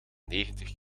negentig